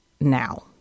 now